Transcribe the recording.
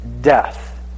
death